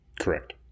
Correct